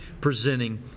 presenting